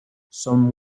some